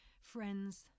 Friends